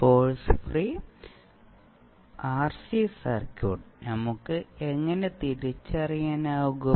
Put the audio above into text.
source free RC circuit നമുക്ക് എങ്ങനെ തിരിച്ചറിയാനാകും